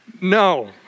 No